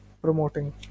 promoting